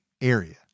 area